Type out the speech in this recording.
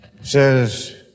Says